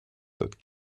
that